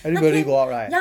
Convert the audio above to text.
everybody go out right